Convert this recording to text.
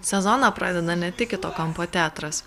sezoną pradeda ne tik kito kampo teatras